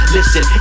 Listen